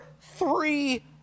three